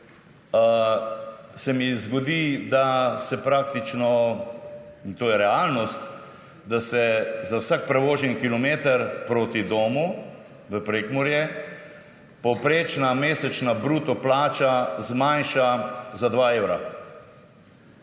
se mi zgodi, da se praktično, in to je realnost, za vsak prevoženi kilometer proti domu v Prekmurje povprečna mesečno bruto plača zmanjša za 2 evra.